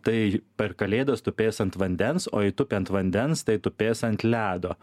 tai per kalėdas tupės ant vandens o jei tupi ant vandens tai tupės ant ledo